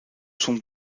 son